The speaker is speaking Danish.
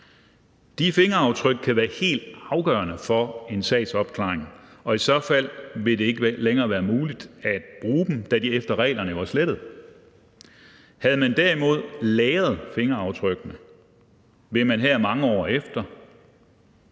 De fingeraftryk kan være helt afgørende for en sags opklaring, og i så fald vil det ikke længere være muligt at bruge dem, da de efter reglerne jo er slettet. Havde man derimod lagret fingeraftrykkene, ville man her mange år efter